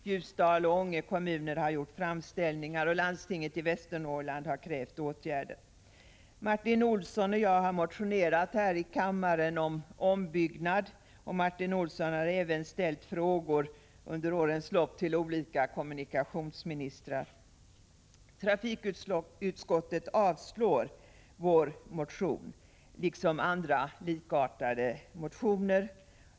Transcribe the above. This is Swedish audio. Ljusdals och Ånge kommuner har gjort framställningar, och landstinget i Västernorrland har krävt åtgärder. Martin Olsson och jag har motionerat här i kammaren om ombyggnad, och Martin Olsson har även ställt frågor under årens lopp till olika kommunikationsministrar. Trafikutskottet avstyrker vår motion, liksom andra likartade motioner.